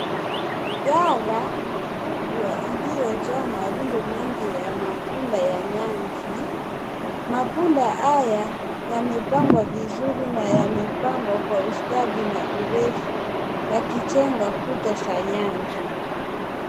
Gala kubwa iliyojaa marundo mengi ya mafunda ya nyasi. Mafunda haya yamepangwa vizuri na yamepangwa kwa ustadi na urefu yakijenga kuta za nyasi.